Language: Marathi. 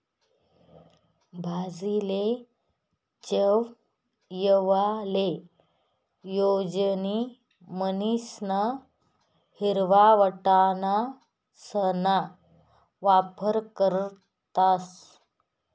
भाजीले चव येवाले जोयजे म्हणीसन हिरवा वटाणासणा वापर करतस